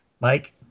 Mike